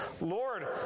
Lord